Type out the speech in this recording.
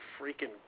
freaking